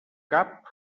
cap